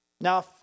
Now